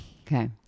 okay